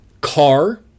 car